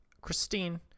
christine